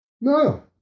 No